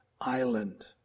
island